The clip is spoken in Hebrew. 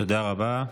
תודה רבה.